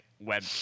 web